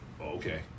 okay